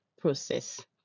process